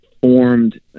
formed